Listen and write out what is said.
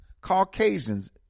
caucasians